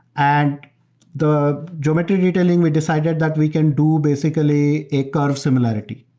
and the geometry detailing, we decided that we can do basically a curve similarity.